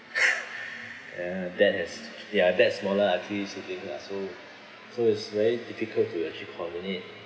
uh dad has ya dad's smaller has three siblings lah so so it's very difficult to actually coordinate